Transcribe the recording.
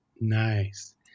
Nice